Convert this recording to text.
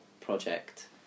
project